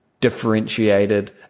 differentiated